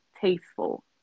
tasteful